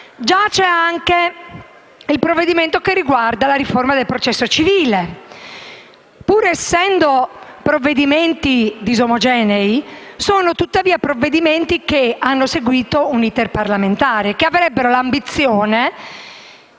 Giace anche il provvedimento che riguarda la riforma del processo civile. Pur essendo provvedimenti disomogenei, sono tuttavia provvedimenti che hanno seguito un *iter* parlamentare e che avrebbero l'ambizione